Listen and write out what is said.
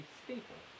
staple